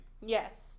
Yes